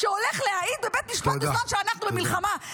שהולך להעיד בבית משפט בזמן שאנחנו במלחמה.